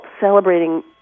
celebrating